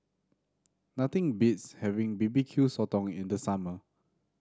nothing beats having B B Q Sotong in the summer